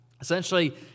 Essentially